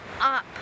up